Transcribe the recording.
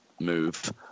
move